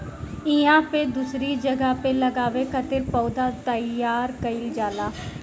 इहां पे दूसरी जगह पे लगावे खातिर पौधा तईयार कईल जाला